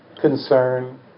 concern